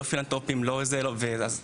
לא פילנתרופים ולא אף אחד.